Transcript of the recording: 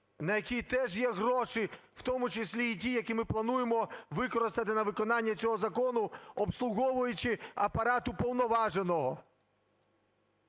на які теж є гроші, у тому числі і ті, які ми плануємо використати на виконання цього закону, обслуговуючи апарат уповноваженого.